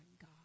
God